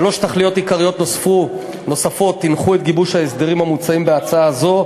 שלוש תכליות עיקריות נוספות הנחו את גיבוש ההסדרים המוצעים בהצעה זו: